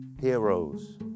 heroes